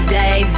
day